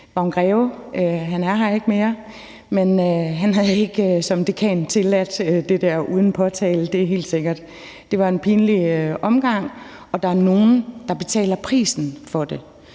Vagn Greve. Han er her ikke mere, men han havde ikke som dekan tilladt det uden påtale. Det er helt sikkert. Det var en pinlig omgang, og der er nogen, der betaler prisen for det.